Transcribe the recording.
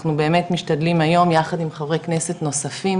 ואנחנו באמת משתדלים היום יחד עם חברי כנסת נוספים